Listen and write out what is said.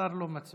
השר לא מצביע.